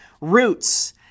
roots